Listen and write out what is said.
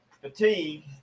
fatigue